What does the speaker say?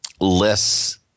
less